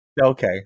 Okay